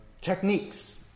techniques